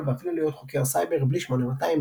ואפילו להיות חוקר סייבר — בלי 8200",